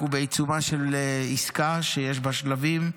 אנחנו בעיצומה של עסקה שיש בה שלבים.